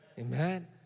Amen